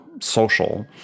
social